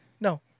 No